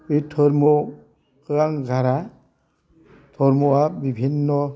बे धरम'वाव खोह आं गारा धरम'वा बिबिन्न'